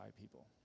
people